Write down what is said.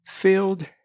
filled